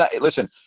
Listen